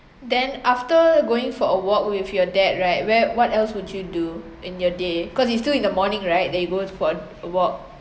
then after going for a walk with your dad right where what else would you do in your day cause it's still in the morning right that you go for a walk